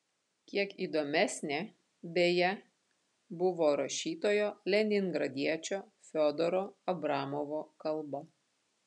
kiek įdomesnė beje buvo rašytojo leningradiečio fiodoro abramovo kalba